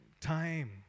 time